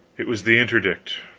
it was the interdict!